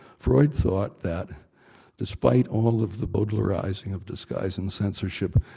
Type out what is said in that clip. freud thought that despite all of the bowdlerising of disguise and censorship,